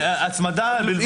ולגבי כל השאר,